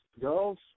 girls